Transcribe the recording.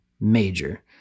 major